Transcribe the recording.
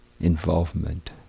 involvement